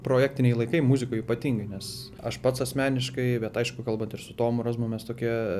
projektiniai laikai muzikoj ypatingai nes aš pats asmeniškai bet aišku kalbant ir su tomu razmum mes tokie